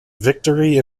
victory